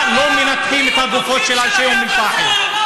לא מנתחים את הגופות של אנשי אום אלפחם?